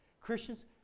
Christians